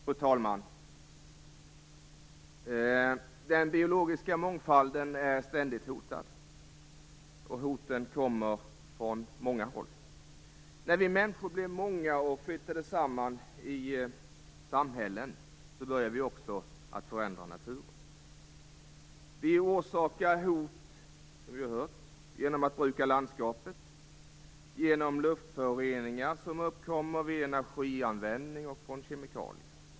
Fru talman! Den biologiska mångfalden är ständigt hotad. Hoten kommer från många håll. När vi människor blev många och flyttade samman i samhällen började vi också förändra naturen. Vi orsakar, som vi har hört, hot genom att bruka landskapet, genom luftföroreningar som uppkommer vid energianvändning och från kemikalier.